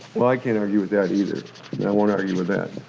well, i can't argue with that either i won't argue with that,